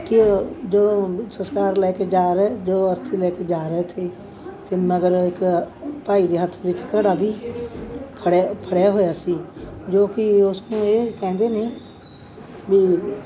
ਕੀ ਜੋ ਸੰਸਕਾਰ ਲੈ ਕੇ ਜਾ ਰਹੇ ਜੋ ਅਰਥੀ ਲੈ ਕੇ ਜਾ ਰਹੇ ਸੀ ਅਤੇ ਮਗਰ ਇੱਕ ਭਾਈ ਦੇ ਹੱਥ ਵਿੱਚ ਘੜਾ ਵੀ ਫੜਿਆ ਫੜਿਆ ਹੋਇਆ ਸੀ ਜੋ ਕਿ ਉਸ ਨੂੰ ਇਹ ਕਹਿੰਦੇ ਨੇ ਵੀ